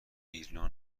ایرنا